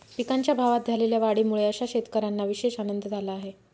पिकांच्या भावात झालेल्या वाढीमुळे अशा शेतकऱ्यांना विशेष आनंद झाला आहे